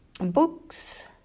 Books